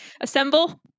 assemble